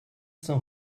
sans